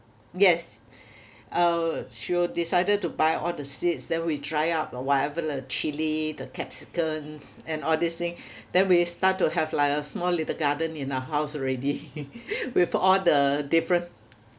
yes uh she will decided to buy all the seeds then we try out whatever the chilli the capsicums and all this thing then we start to have like a small little garden in our house already with all the different